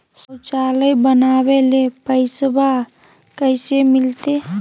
शौचालय बनावे ले पैसबा कैसे मिलते?